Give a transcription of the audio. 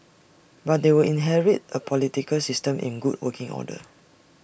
but they will inherit A political system in good working order